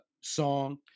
song